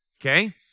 Okay